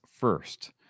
first